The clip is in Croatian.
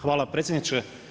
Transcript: Hvala predsjedniče.